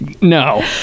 no